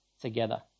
together